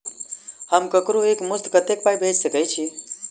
हम ककरो एक मुस्त कत्तेक पाई भेजि सकय छी?